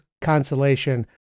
consolation